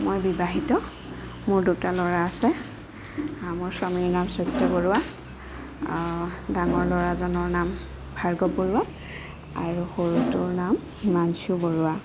মই বিবাহিত মোৰ দুটা ল'ৰা আছে মোৰ স্বামীৰ নাম চত্য বৰুৱা ডাঙৰ ল'ৰাজনৰ নাম ভাৰ্গৱ বৰুৱা আৰু সৰুটোৰ নাম হিমাংশু বৰুৱা